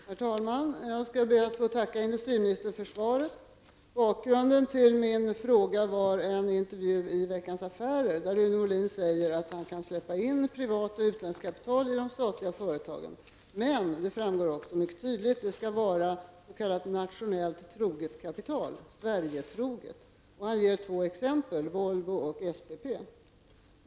Herr talman! Jag skall be att få tacka industriministern för svaret. Bakgrunden till min fråga var en intervju i Veckans Affärer, där Molin säger att han kan släppa in utländskt kapital i de statliga företagen, men -- det framgår också mycket tydligt -- det skall vara s.k. nationellt troget kapital, Sverigetroget. Han ger två exempel: Volvo och SPP.